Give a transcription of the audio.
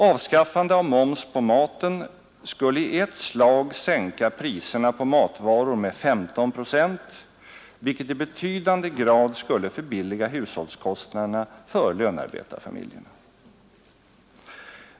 Avskaffande av moms på maten skulle i ett slag sänka priserna på matvaror med 15 procent, vilket i betydande grad skulle förbilliga hushållskostnaderna för lönarbetarfamiljerna.